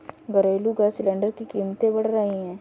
घरेलू gas cylinder की कीमतें बढ़ रही है